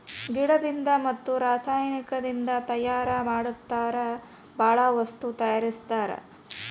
ಗಿಡದಿಂದ ಮತ್ತ ರಸಾಯನಿಕದಿಂದ ತಯಾರ ಮಾಡತಾರ ಬಾಳ ವಸ್ತು ತಯಾರಸ್ತಾರ